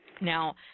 Now